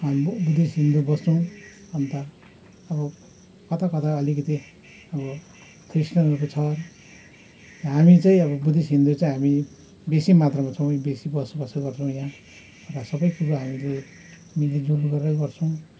Buddhist Hindu बस्छौँ अन्त अब कता कता अलिकति अब क्रिस्टियनहरू छ हामी चाहिँ अब बुद्धिस्ट हिन्दू चाहिँ हामी बेसी मात्रामा छौँ बेसी बसोबासो गर्छौँ यहाँ र सबै कुरा हामीले मिलिजुली गरेर गर्छौँ